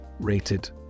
rated